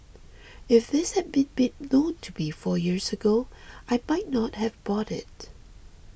if this had been made known to me four years ago I might not have bought it